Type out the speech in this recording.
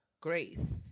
grace